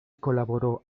colaboró